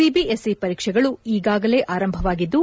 CBSE ಪರೀಕ್ಷೆಗಳು ಈಗಾಗಲೇ ಆರಂಭವಾಗಿದ್ದು